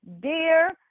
Dear